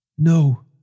No